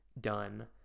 done